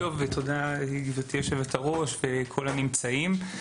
ותודה לגברתי יושבת הראש וכל הנמצאים.